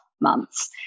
months